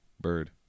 Bird